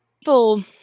people